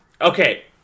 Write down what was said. Okay